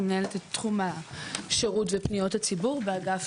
מנהלת את תחום השירות ופניות הציבור באגף